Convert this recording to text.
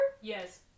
Yes